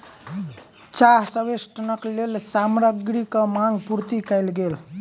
चाह संवेष्टनक लेल सामग्रीक मांग पूर्ति कयल गेल